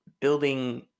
building